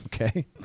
Okay